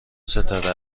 ستاره